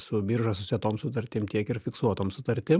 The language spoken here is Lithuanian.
su birža susietoms sutartim tiek ir fiksuotom sutartim